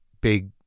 big